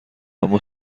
اما